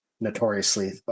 Notoriously